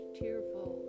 tearful